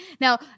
Now